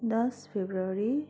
दस फेब्रुअरी